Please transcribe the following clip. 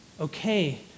okay